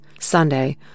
Sunday